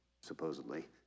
supposedly